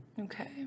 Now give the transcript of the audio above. Okay